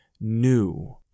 new